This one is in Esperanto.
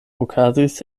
okazis